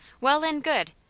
well and good.